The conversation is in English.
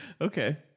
Okay